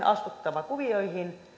astuttava kuvioihin